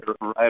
right